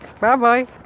Bye-bye